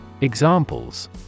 Examples